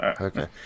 Okay